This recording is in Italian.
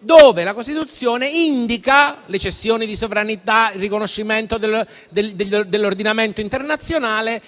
dove la Costituzione indica le cessioni di sovranità e il riconoscimento dell'ordinamento internazionale